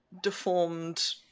deformed